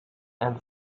and